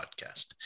podcast